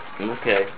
Okay